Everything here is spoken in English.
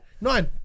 nine